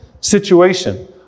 situation